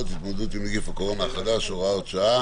להתמודדות עם נגיף הקורונה החדש (הוראת שעה),